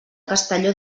castelló